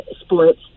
sports